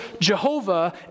Jehovah